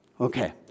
Okay